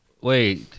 Wait